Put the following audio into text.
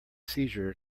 seizure